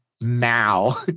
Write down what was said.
now